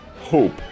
hope